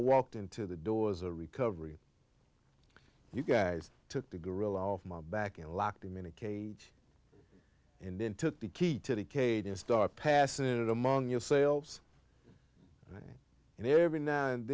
walked into the door as a recovering you guys took the gorilla off my back in locked him in a cage and then took the key to the cage and start passing it among yourselves and every now and